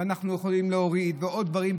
ואנחנו יכולים להוריד עוד דברים,